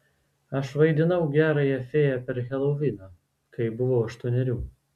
aš vaidinau gerąją fėją per heloviną kai buvau aštuonerių